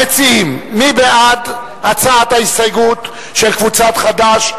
מי בעד ההסתייגות של קבוצת סיעת חד"ש?